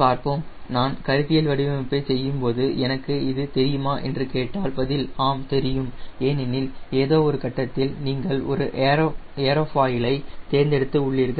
பார்ப்போம் நான் கருத்தியல் வடிவமைப்பைச் செய்யும்போது எனக்கு இது தெரியுமா என்று கேட்டால் பதில் ஆம் தெரியும் ஏனென்றால் ஏதோ ஒரு கட்டத்தில் நீங்கள் ஒரு ஏரோஃபாயில் ஐ தேர்ந்தெடுத்து உள்ளீர்கள்